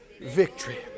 victory